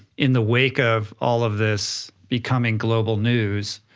in the wake of all of this becoming global news,